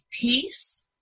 peace